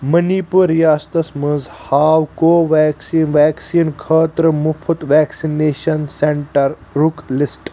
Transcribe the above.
money پوٗر ریاستس منٛز ہاو کوویٚکسیٖن ویکسیٖن خٲطرٕ مُفٕط ویکسِنیشن سینٹرُک لِسٹ